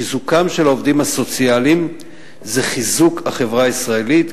חיזוקם של העובדים הסוציאליים זה חיזוק החברה הישראלית,